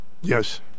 Yes